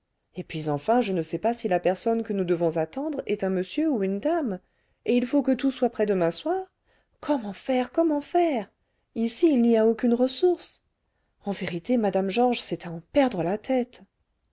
et puis enfin je ne sais pas si la personne que nous devons attendre est un monsieur ou une dame et il faut que tout soit prêt demain soir comment faire comment faire ici il n'y a aucune ressource en vérité madame georges c'est à en perdre la tête